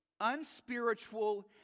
unspiritual